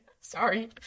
Sorry